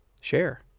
share